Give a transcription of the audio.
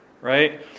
right